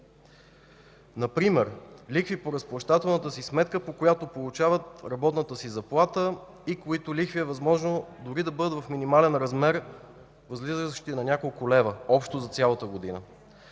Например лихви по разплащателната си сметка, по която получават работната си заплата, които лихви е възможно дори да бъдат в минимален размер, възлизащи на няколко лева общо за цялата година.